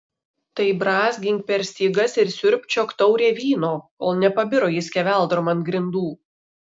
tai brązgink per stygas ir siurbčiok taurę vyno kol nepabiro ji skeveldrom ant grindų